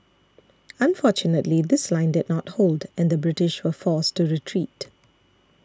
unfortunately this line did not hold and the British were forced to retreat